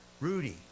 Rudy